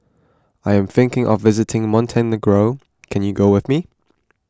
I am thinking of visiting Montenegro can you go with me